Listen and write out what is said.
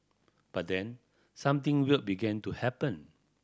but then something weird began to happen